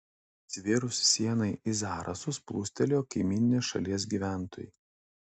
atsivėrus sienai į zarasus plūstelėjo kaimyninės šalies gyventojai